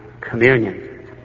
communion